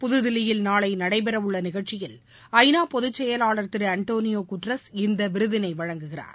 புதுதில்லியில் நாளை நடைபெறவுள்ள நிகழ்ச்சியில் ஐநா பொதுச்செயலாளர் திரு ஆண்டானியோ குட்ரஸ் இந்த விருதினை வழங்குகிறார்